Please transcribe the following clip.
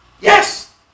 Yes